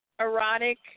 erotic